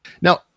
Now